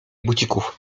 bucików